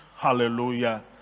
Hallelujah